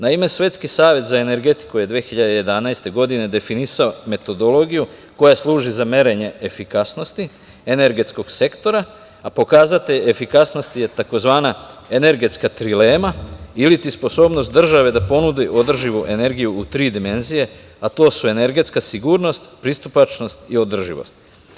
Naime Svetski savet za energetiku je 2011. godine definisao metodologiju koja služi za merenje efikasnosti energetskog sektora a pokazatelj efikasnosti je tzv. energetska trilema ili ti sposobnost države da ponudi održivu energiju u tri dimenzije, a to su energetska sigurnost, pristupačnost i održivost.